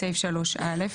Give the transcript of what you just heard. בסעיף 3(א)